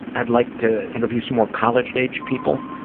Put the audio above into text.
i'd like to interview some more college-aged people